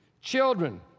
Children